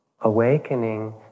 awakening